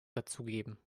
dazugeben